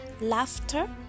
laughter